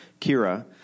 Kira